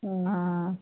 ਹਾਂ